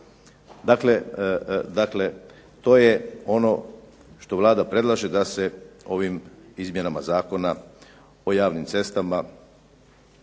Dakle, to je ono što Vlada predlaže da se ovim izmjenama Zakona o javnim cestama